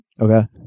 okay